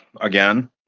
again